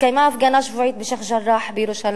התקיימה ההפגנה השבועית בשיח'-ג'ראח בירושלים.